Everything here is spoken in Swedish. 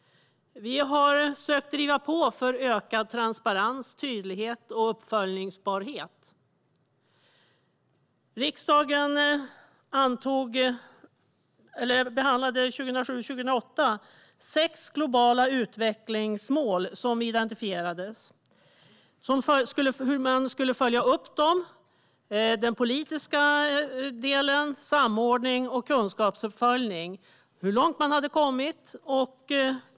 Vi har försökt att driva på för ökad transparens, tydlighet och uppföljningsbarhet. Riksdagen behandlade 2007/08 sex globala utvecklingsmål som identifierades. Det handlade om hur man skulle följa upp dem vad gäller den politiska delen, samordning, kunskap och hur långt man hade kommit.